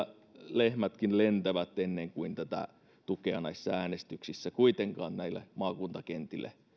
lehmätkin lentävät ennen kuin tätä tukea näissä äänestyksissä kuitenkaan näille maakuntakentille